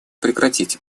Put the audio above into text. прекратить